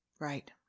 Right